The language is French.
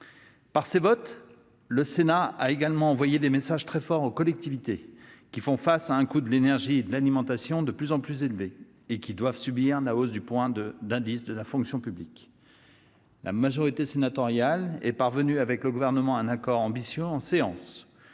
Par ses votes, le Sénat a également envoyé des messages très forts aux collectivités, qui font face à un coût de l'énergie de plus en plus élevé et qui doivent subir la hausse du point d'indice de la fonction publique. La majorité sénatoriale est parvenue, avec le Gouvernement, à un accord ambitieux en séance.